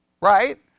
Right